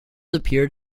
appeared